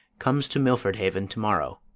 comes to milford haven to-morrow.